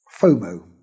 FOMO